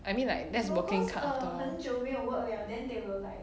I mean like that's working card